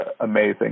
amazing